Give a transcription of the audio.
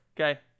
okay